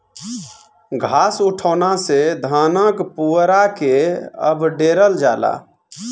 घास उठौना से धान क पुअरा के अवडेरल जाला